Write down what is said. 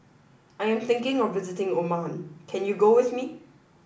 I am thinking of visiting Oman can you go with me